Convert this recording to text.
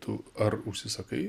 tu ar užsisakai